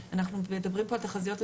אנחנו לא מדברים פה על תחזיות לשנה קדימה,